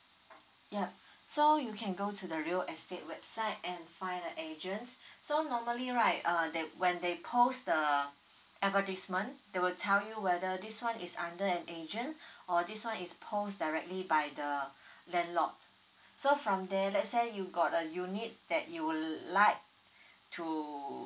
yup so you can go to the real estate website and find a agents so normally right err that when they post the advertisement they will tell you whether this one is under an agent or this one is post directly by the landlord so from there let's say you got a unit that you would like to